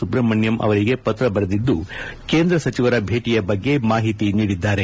ಸುಬ್ರಮಣ್ಯಂ ಅವರಿಗೆ ಪತ್ರ ಬರೆದಿದ್ದು ಕೇಂದ್ರ ಸಚಿವರ ಭೇಟಿಯ ಬಗ್ಗೆ ಮಾಹಿತಿ ನೀಡಿದ್ದಾರೆ